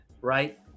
right